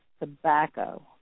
tobacco